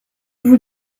vous